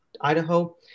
Idaho